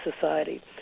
society